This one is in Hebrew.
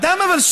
אבל אדם שבונה,